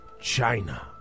China